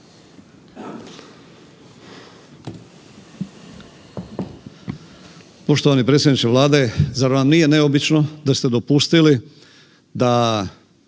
Poštovani predsjedniče Vlade zar vam nije neobično da ste dopustili da